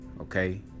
Okay